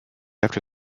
after